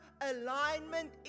alignment